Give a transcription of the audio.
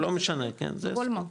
בכל מקום.